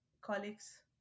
colleagues